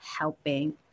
helping